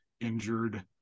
injured